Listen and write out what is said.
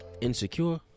insecure